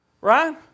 Right